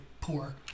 poor